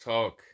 Talk